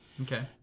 okay